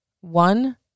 One